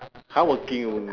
hardworking onl~